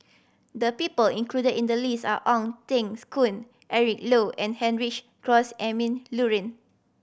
the people included in the list are Ong Tengs Koon Eric Low and Heinrich Cross Emil Luering